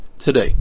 today